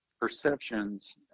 perceptions